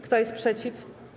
Kto jest przeciw?